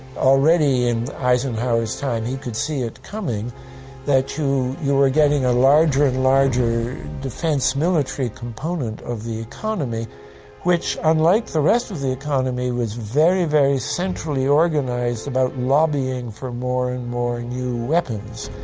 already in eisenhower's time he could see it coming that you were getting a larger and larger defense-military component of the economy which, unlike the rest of the economy, was very, very centrally organized about lobbying for more and more new weapons.